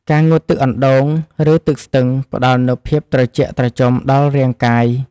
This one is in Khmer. ការងូតទឹកអណ្តូង ឬទឹកស្ទឹង ផ្តល់នូវភាពត្រជាក់ត្រជុំដល់រាងកាយ។